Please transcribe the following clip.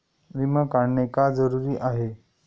विमा काढणे का जरुरी आहे?